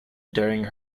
during